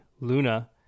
Luna